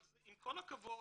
אבל עם כל הכבוד